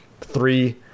three